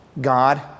God